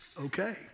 okay